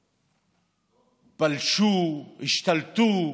פלשו, השתלטו,